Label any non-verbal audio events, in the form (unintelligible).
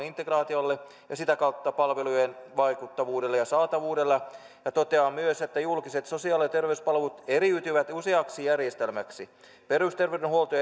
(unintelligible) integraatiolle ja sitä kautta palvelujen vaikuttavuudelle ja saatavuudelle ja myös julkiset sosiaali ja terveyspalvelut eriytyvät useaksi järjestelmäksi perusterveydenhuolto (unintelligible)